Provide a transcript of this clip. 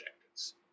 objectives